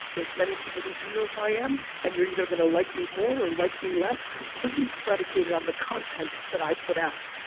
there's many people who do know who i am and you're either going to like me more or like me, less completely predicated on the content that i put out.